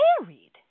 married